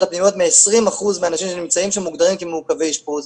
הפנימיות מ-20% מהאנשים שנמצאים שם ושמוגדרים כמעוכבי אשפוז.